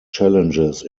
challenges